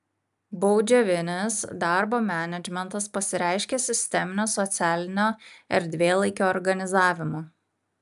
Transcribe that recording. baudžiavinis darbo menedžmentas pasireiškė sisteminiu socialinio erdvėlaikio organizavimu